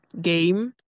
game